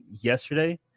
yesterday